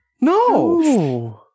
No